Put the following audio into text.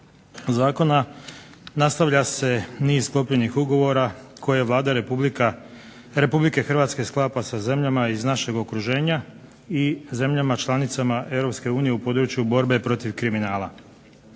zakona nastavlja se niz sklopljenih ugovora koje je Vlada Republike Hrvatske sklapa sa zemljama iz našeg okruženja i zemljama članicama Europske unije u području borbe protiv kriminala.